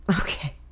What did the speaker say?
Okay